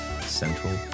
Central